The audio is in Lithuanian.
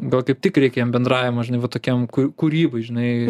gal kaip tik reikia jam bendravimo žinai va tokiam kū kūrybai žinai